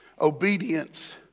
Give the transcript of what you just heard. obedience